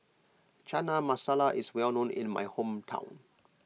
Chana Masala is well known in my hometown